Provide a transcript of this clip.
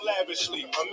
lavishly